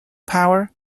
power